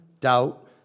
doubt